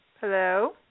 Hello